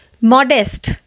modest